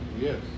Yes